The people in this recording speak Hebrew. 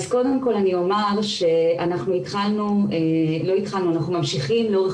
אז קודם כל אני אומר שאנחנו ממשיכים לאורך